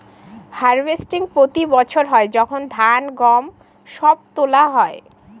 harvesting প্রতি বছর হয় যখন ধান, গম সব তোলা হয়